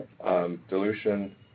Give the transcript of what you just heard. Dilution